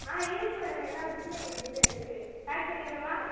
ஆ இருக்கு மேடம் எல்லா புக்குமே எங்கள்கிட்ட இருக்கு பேக் பண்ணிறவா